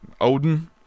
Odin